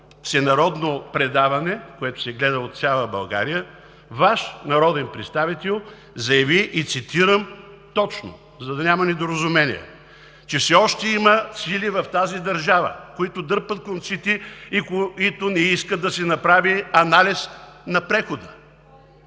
всенародно предаване, което се гледа от цяла България, Ваш народен представител заяви, цитирам точно, за да няма недоразумение, че все още има сили в тази държава, които дърпат конците и които не искат да се направи анализ на прехода.